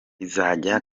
izajya